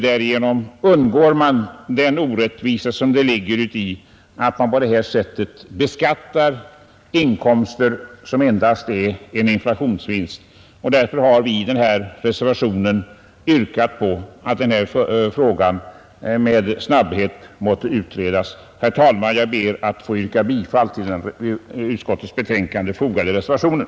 Därigenom undgår man den orättvisa som ligger i beskattning på det här sättet av inkomster som endast är en inflationsvinst. Därför har vi i reservationen yrkat på att frågan med snabbhet måtte utredas. Herr talman! Jag ber att få yrka bifall till den vid skatteutskottets betänkande fogade reservationen.